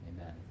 Amen